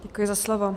Děkuji za slovo.